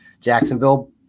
Jacksonville